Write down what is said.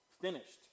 finished